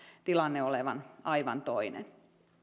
tilanne olevan aivan toinen